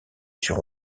sur